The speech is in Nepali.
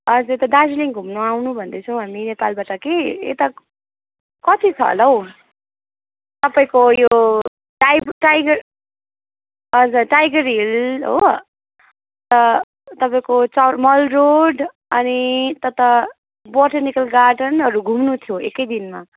हजुर त्यो दार्जिलिङ घुम्नु आउनु भन्दैछौँ हामी नेपालबाट कि यता कति छ होला हो तपाईँको यो टाइबु टाइगर हजुर टाइगर हिल हो तपाईँको चाहिँ मल रोड अनि तथा बोटानिकल गार्डनहरू घुम्नु थियो एकै दिनमा